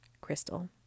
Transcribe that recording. Crystal